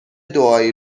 دعایی